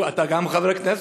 אתה גם חבר כנסת.